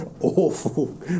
awful